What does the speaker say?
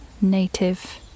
native